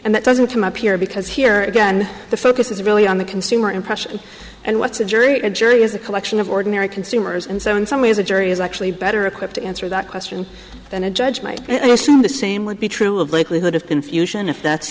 and that doesn't come up here because here again the focus is really on the consumer impression and what's a jury a jury is a collection of ordinary consumers and so in some ways a jury is actually better equipped to answer that question than a judge might assume the same would be true of likelihood of confusion if that's